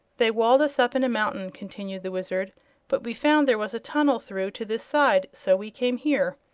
they walled us up in a mountain, continued the wizard but we found there was a tunnel through to this side, so we came here.